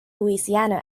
louisiana